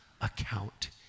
account